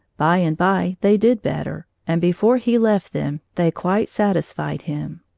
by and by they did better, and before he left them, they quite satisfied him.